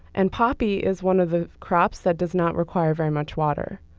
and poppy is one of the crops that does not require very much water.